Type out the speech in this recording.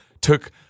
took –